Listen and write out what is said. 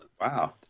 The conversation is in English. Wow